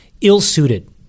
ill-suited